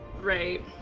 right